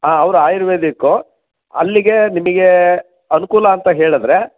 ಹಾಂ ಅವರು ಆಯುರ್ವೇದಿಕ್ಕು ಅಲ್ಲಿಗೆ ನಿಮಗೆ ಅನುಕೂಲ ಅಂತ ಹೇಳಿದರೆ